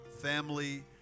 family